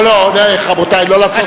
לא, לא, רבותי, לא לעשות פארסה.